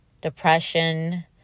depression